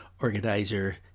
Organizer